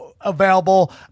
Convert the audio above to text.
available